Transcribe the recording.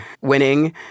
winning